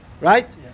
Right